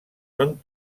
són